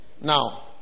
Now